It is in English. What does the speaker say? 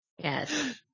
Yes